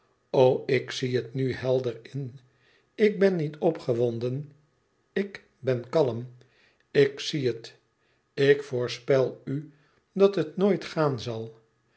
ik zie het nu helder in ik ben niet opgewonden ik ben kalm ik zie het ik voorspel u dat het nooit gaan zal